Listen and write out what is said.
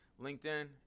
LinkedIn